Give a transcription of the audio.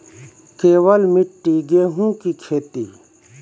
केवल मिट्टी गेहूँ की खेती?